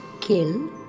Kill